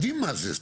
יודעים מה זה.